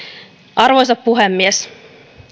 arvoisa puhemies